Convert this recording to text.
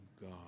God